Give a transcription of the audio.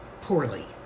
Poorly